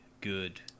good